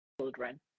children